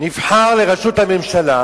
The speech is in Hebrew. נבחר לראשות הממשלה,